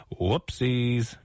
whoopsies